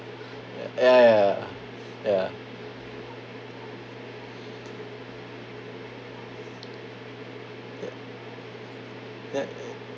ya ya ya ya ya ya